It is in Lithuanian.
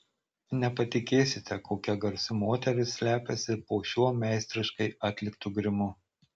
nepatikėsite kokia garsi moteris slepiasi po šiuo meistriškai atliktu grimu